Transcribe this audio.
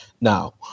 Now